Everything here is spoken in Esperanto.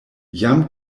jam